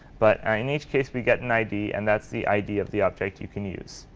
but in each case, we get an id, and that's the id of the object you can use.